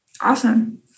awesome